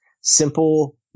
simple